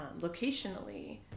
locationally